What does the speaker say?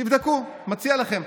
תבדקו, מציע לכם.